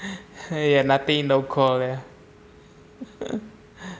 !haiya! nothing no call lah